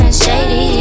shady